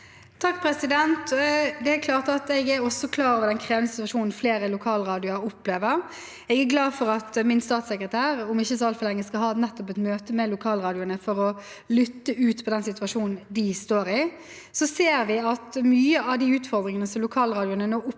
Boby Jaffery Jeg er også klar over den krevende situasjonen flere lokalradioer opplever. Jeg er glad for at min statssekretær om ikke så altfor lenge skal ha et møte med lokalradioene for å lytte til dem i den situasjonen de står i. Vi ser at mye av de utfordringene som lokalradioene nå opplever,